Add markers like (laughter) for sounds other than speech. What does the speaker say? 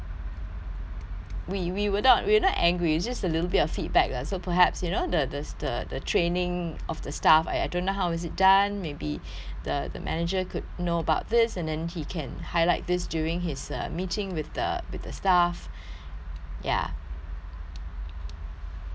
we we were not we're not angry it's just a little bit of feedback lah so perhaps you know the the the the training of the staff I I don't know how is it done maybe (breath) the the manager could know about this and then he can highlight this during his uh meeting with the with the staff (breath) ya